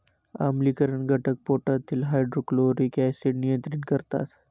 आम्लीकरण घटक पोटातील हायड्रोक्लोरिक ऍसिड नियंत्रित करतात